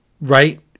Right